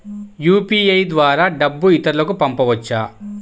UPI ద్వారా డబ్బు ఇతరులకు పంపవచ్చ?